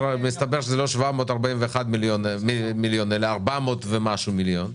זה לא 741 מיליון אלא 400 ומשהו מיליון.